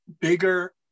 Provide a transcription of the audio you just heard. bigger